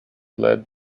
led